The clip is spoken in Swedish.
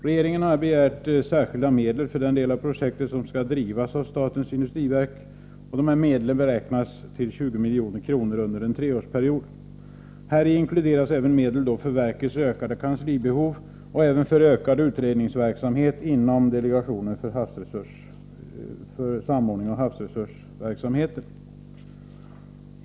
Regeringen har begärt särskilda medel för den del av projektet som skall drivas av SIND, och dessa medel beräknas till 20 milj.kr. under en treårsperiod. Häri inkluderas även medel för verkets ökade kanslibehov och även för ökad utredningsverksamhet inom delegationen för samordning av havsresursverksamheten.